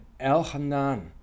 Elhanan